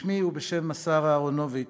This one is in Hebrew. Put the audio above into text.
בשמי ובשם השר אהרונוביץ,